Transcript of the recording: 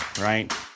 right